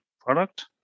product